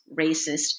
racist